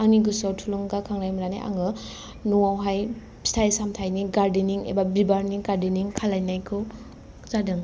आंनि गोसोआव थुलुंगाखांनाय मोननानै आङो न'वावहाय फिथाइ सामथाइनि गार्देनिं एबा बिबारनि गार्देनिं खालायनायखौ जादों